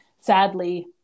sadly